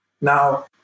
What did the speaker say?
Now